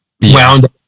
wound